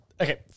Okay